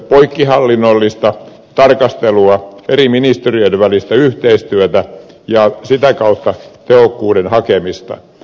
poikkihallinnollista tarkastelua eri ministeriöiden välistä yhteistyötä ja sitä kautta tehokkuuden hakemista